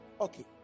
okay